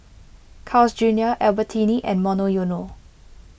Carl's Junior Albertini and Monoyono